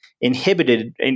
inhibited